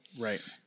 Right